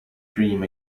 dream